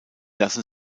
lassen